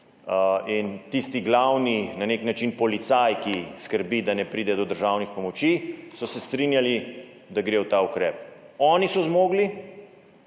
in tisti glavni policaj, ki skrbi, da ne pride do državnih pomoči, strinjalo, da gredo v ta ukrep. One so zmogle,